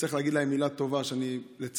שצריך להגיד להם מילה טובה, ולצערי